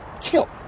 kill